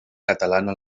catalana